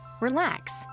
Relax